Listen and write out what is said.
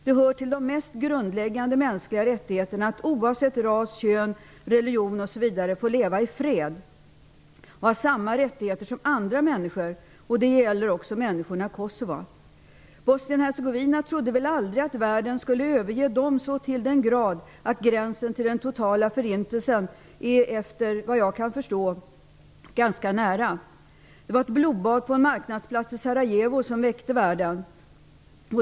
Det hör till de mest grundläggande mänskliga rättigheterna att, oavsett ras, kön religion osv., få leva i fred och ha samma rättigheter som andra människor. Detta gäller också människorna i Kosova. I Bosnien-Hercegovina trodde nog människorna aldrig att världen skulle överge dem så till den grad som har skett. Gränsen till den totala förintelsen är ganska nära, efter vad jag kan förstå. Det var ett blodbad på en marknadsplats i Sarajevo som väckte världen.